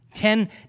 Ten